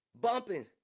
bumping